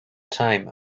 time